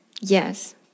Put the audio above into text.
yes